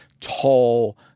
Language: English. tall